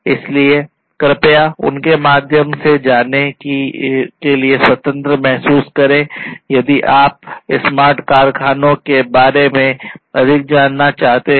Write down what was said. इसलिए कृपया उनके माध्यम से जाने के लिए स्वतंत्र महसूस करें यदि आप स्मार्ट कारखानों के बारे में अधिक जानना चाहते हैं